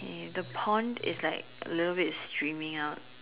okay the pond is like little bit streaming out